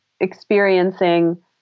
experiencing